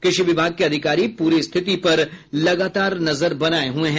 कृषि विभाग के अधिकारी पूरी स्थिति पर लगातार नजर बनाये हुये हैं